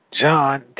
John